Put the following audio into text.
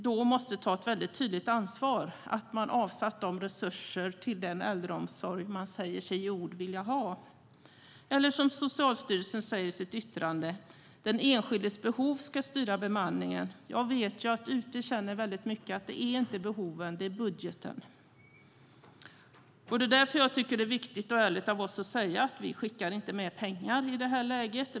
De måste ta ett tydligt ansvar för att de resurser till den äldreomsorg man säger sig vilja ha har avsatts. Socialstyrelsen säger i sitt yttrande att den enskildes behov ska styra bemanningen. Jag vet att många ute i landet känner att det inte är behoven utan budgeten som styr. Det är därför viktigt och ärligt av oss att säga att vi inte skickar med pengar i det här läget.